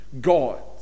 God